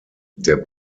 der